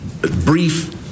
brief